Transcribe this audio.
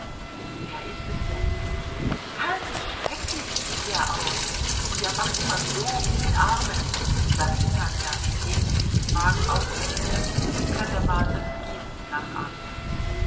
wer ist es denn ganz schrecklich sieht er aus und er macht immer so mit den armen sagte tanja indem sie sich im wagen aufrichtete und katawasows gesten nachahmte